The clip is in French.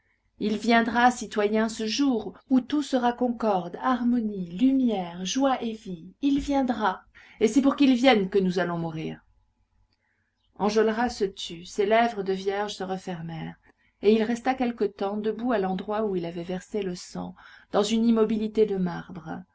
il viendra citoyens ce jour où tout sera concorde harmonie lumière joie et vie il viendra et c'est pour qu'il vienne que nous allons mourir enjolras se tut ses lèvres de vierge se refermèrent et il resta quelque temps debout à l'endroit où il avait versé le sang dans une immobilité de marbre